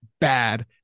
bad